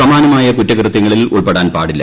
സമാനമായ കുറ്റകൃത്യങ്ങളിൽ ഉൾപ്പെടാൻ പാടില്ല